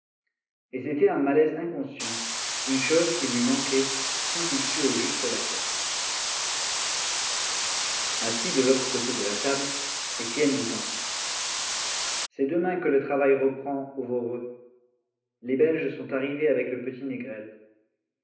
et c'était un malaise inconscient une chose qui lui manquait sans qu'il sût au juste laquelle assis de l'autre côté de la table étienne dit enfin c'est demain que le travail reprend au voreux les belges sont arrivés avec le petit